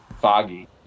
foggy